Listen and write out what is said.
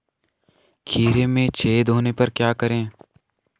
खीरे में छेद होने पर क्या करें?